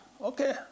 okay